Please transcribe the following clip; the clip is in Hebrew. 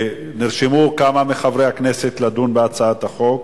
נרשמו כמה מחברי הכנסת לדון בהצעת החוק.